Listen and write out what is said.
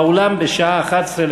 באולם בשעה 11:00,